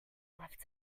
left